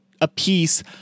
apiece